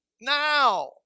now